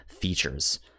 features